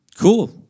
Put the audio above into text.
Cool